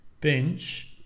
Bench